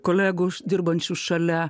kolegų dirbančių šalia